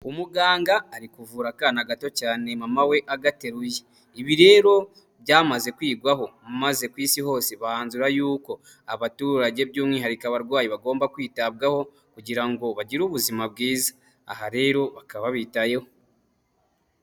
Umuganga ari kuvura akana gato cyane mama we agateruye, ibi rero byamaze kwigwaho maze ku isi hose banzura yuko abaturage by'umwihariko abarwayi bagomba kwitabwaho kugira ngo bagire ubuzima bwiza, aha rero bakaba bitayeho.